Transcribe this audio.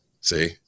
See